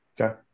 Okay